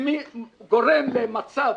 גורם למצב